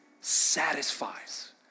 satisfies